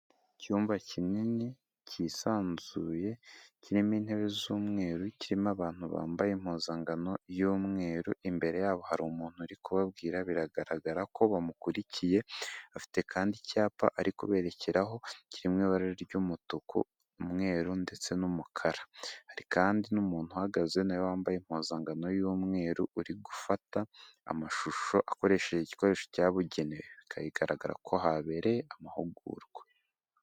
Icyumba kinini kisanzuye kirimo intebe z'umweru, kirimo abantu bambaye impuzankano y'umweru, imbere yabo hari umuntu uri kubabwira, biragaragara ko bamukurikiye afite kandi icyapa ari kuberekeraho, kiri mu ibara ry'umutuku, umweru ndetse n'umukara, hari kandi n'umuntu uhagaze na we wambaye impuzankano y'umweru, uri gufata amashusho akoresheje igikoresho cyabugenewe, bikaba bigaragara ko habereye amahugurwa.